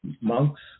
monks